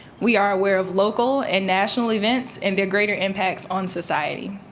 we are aware of local and national events and their greater impacts on society.